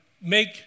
make